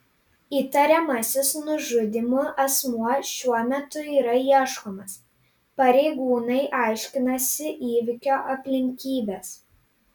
įtariamasis nužudymu asmuo šiuo metu yra ieškomas pareigūnai aiškinasi įvykio aplinkybes